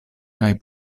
kaj